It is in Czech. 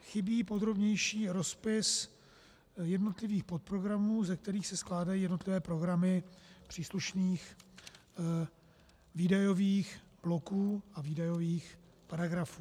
Chybí podrobnější rozpis jednotlivých podprogramů, ze kterých se skládají jednotlivé programy příslušných výdajových bloků a výdajových paragrafů.